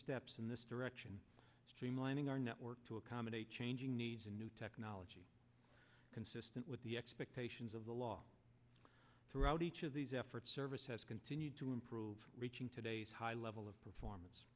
steps in this direction streamlining our network to accommodate changing needs a new technology consistent with the expectations of the law throughout each of these efforts service has continued to improve today's high level of performance